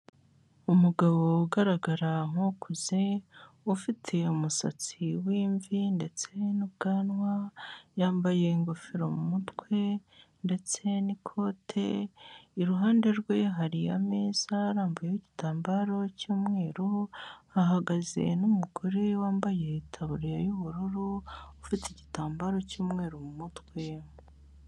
Umugabo ugaragara nk'ukuze ufite umusatsi w'imvi ndetse n'ubwanwa, yambaye ingofero mu mutwe ndetse n'ikote, iruhande rwe hari ameza arambuyeho igitambaro cy'umweru, hahagaze n'umugore wambaye itaburiya y'ubururu ufite igitambaro cy'umweru mu mutwe.